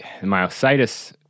myositis